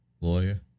lawyer